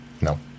No